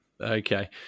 Okay